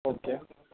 okay